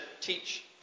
teach